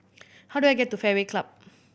how do I get to Fairway Club